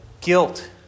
guilt